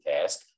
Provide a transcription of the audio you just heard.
task